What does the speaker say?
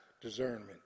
discernment